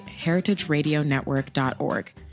heritageradionetwork.org